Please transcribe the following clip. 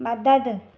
मददु